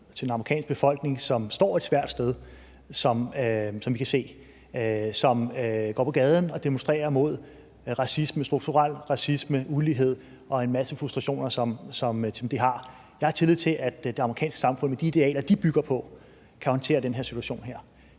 til den amerikanske befolkning, som vi kan se står et svært sted, som går på gaden og demonstrerer mod racisme, strukturel racisme og ulighed, og som udtrykker en masse frustrationer, som de har. Jeg har tillid til, at det amerikanske samfund med de idealer, de bygger på, kan håndtere den her situation.